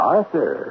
Arthur